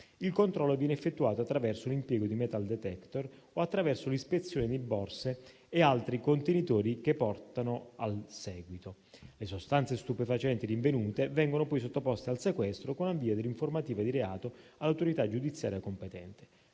Il controllo viene effettuato attraverso l'impiego di *metal detector* o attraverso l'ispezione di borse e altri contenitori che portano al seguito. Le sostanze stupefacenti rinvenute vengono poi sottoposte al sequestro, con avvio dell'informativa di reato all'autorità giudiziaria competente.